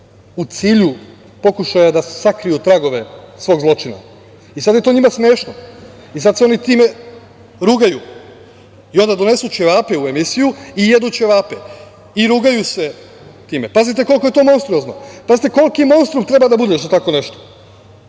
u cilju pokušaja da sakriju tragove svog zločina. Sada je to njima smešno. Sada se oni time rugaju. I onda donesu ćevape u emisiju i jedu ćevape i rugaju se time. Pazite, koliko je to monstruozno. Koliki monstrum morate da budete za tako nešto. Dakle,